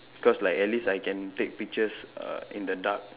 because like at least like I can take pictures uh in the dark